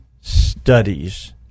studies